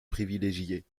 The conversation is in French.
privilégiés